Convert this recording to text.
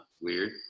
Weird